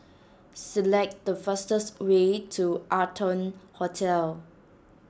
select the fastest way to Arton Hotel